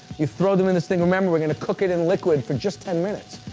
you throw them in this thing. remember we're gonna cook it in liquid for just ten minutes,